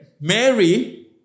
Mary